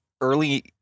early